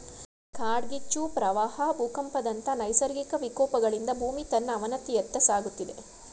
ಕಾಡ್ಗಿಚ್ಚು, ಪ್ರವಾಹ ಭೂಕಂಪದಂತ ನೈಸರ್ಗಿಕ ವಿಕೋಪಗಳಿಂದ ಭೂಮಿ ತನ್ನ ಅವನತಿಯತ್ತ ಸಾಗುತ್ತಿದೆ